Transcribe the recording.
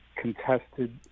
contested